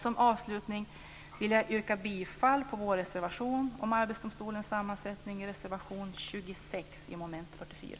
Som avslutning vill jag yrka bifall till vår reservation om Arbetsdomstolens sammansättning, reservation 26, under mom. 44.